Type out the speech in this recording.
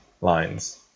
lines